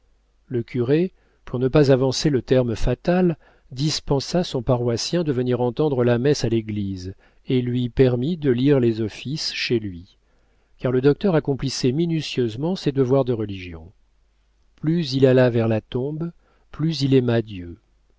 le curé pour ne pas avancer le terme fatal dispensa son paroissien de venir entendre la messe à l'église et lui permit de lire les offices chez lui car le docteur accomplissait minutieusement ses devoirs de religion plus il alla vers la tombe plus il aima dieu